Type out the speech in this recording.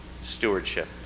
stewardship